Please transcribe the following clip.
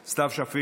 מוותרת, סתיו שפיר,